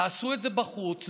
תעשו את זה בחוץ,